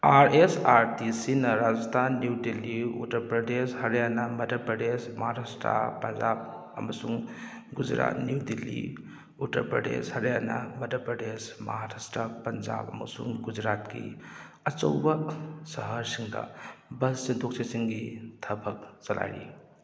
R S R T ꯁꯤꯅ ꯔꯥꯖꯁꯊꯥꯟ ꯅ꯭ꯌꯨ ꯗꯤꯜꯂꯤ ꯎꯇꯔ ꯄ꯭ꯔꯗꯦꯁ ꯍꯔꯤꯌꯥꯅꯥ ꯃꯩꯙ ꯄ꯭ꯔꯗꯦꯁ ꯃꯍꯥꯔꯥꯁꯇ꯭ꯔꯥ ꯄꯟꯖꯥꯕ ꯑꯃꯁꯨꯡ ꯒꯨꯖꯔꯥꯠ ꯅ꯭ꯌꯨ ꯗꯤꯜꯂꯤ ꯎꯇꯔ ꯄ꯭ꯔꯗꯦꯁ ꯍꯔꯤꯌꯥꯅꯥ ꯃꯩꯙ ꯄ꯭ꯔꯗꯦꯁ ꯃꯍꯥꯔꯥꯁꯇ꯭ꯔ ꯄꯟꯖꯥꯕ ꯑꯃꯁꯨꯡ ꯒꯨꯖꯔꯥꯠꯀꯤ ꯑꯆꯧꯕ ꯁꯍꯔꯁꯤꯡꯗ ꯕꯁ ꯆꯦꯟꯊꯣꯛ ꯆꯦꯟꯁꯤꯟꯒꯤ ꯊꯕꯛ ꯆꯂꯥꯏꯔꯤ